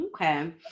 okay